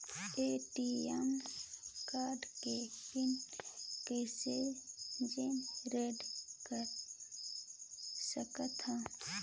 ATM card के PIN कइसे generate कर सकथव?